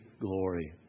glory